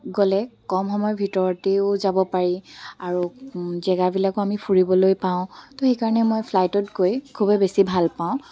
গ'লে কম সময়ৰ ভিতৰতেও যাব পাৰি আৰু জেগাবিলাকো আমি ফুৰিবলৈ পাওঁ তো সেইকাৰণে মই ফ্লাইটত গৈ খুবেই বেছি ভালপাওঁ